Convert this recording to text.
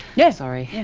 yeah. sorry.